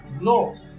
No